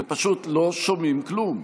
ופשוט לא שומעים כלום.